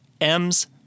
M's